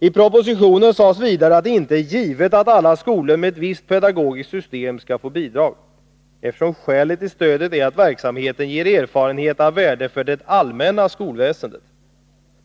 I propositionen sades vidare att det inte är givet att alla skolor med ett visst pedagogiskt system skall få bidrag, eftersom skälet till stödet är att verksamheten ger erfarenheter av värde för det allmänna skolväsendet.